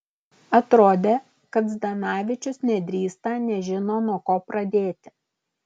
atrodė kad zdanavičius nedrįsta nežino nuo ko pradėti